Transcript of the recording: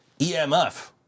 EMF